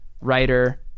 writer